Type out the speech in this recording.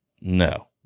No